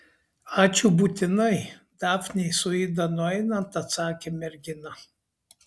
ačiū būtinai dafnei su ida nueinant atsakė mergina